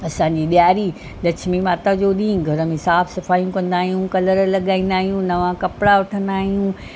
असांजी ॾियारी लक्ष्मी माता जो ॾींहुं घर में साफ़ु सफ़ायूं कंदा आहियूं कलर लॻाईंदा आहियूं नवां कपिड़ा वठंदा आहियूं